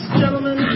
gentlemen